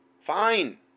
Fine